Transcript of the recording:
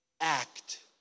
act